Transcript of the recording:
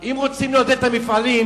אם רוצים לעודד את המפעלים,